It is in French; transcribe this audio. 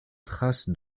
traces